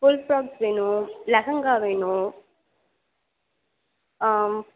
full frocks வேணும் லெஹங்கா வேணும்